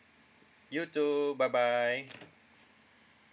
you too bye bye